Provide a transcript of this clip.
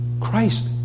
Christ